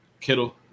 Kittle